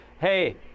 hey